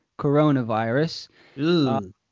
coronavirus